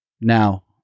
Now